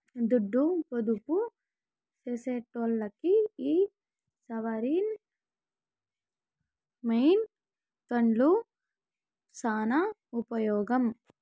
దుడ్డు పొదుపు సేసెటోల్లకి ఈ సావరీన్ వెల్త్ ఫండ్లు సాన ఉపమోగం